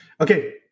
okay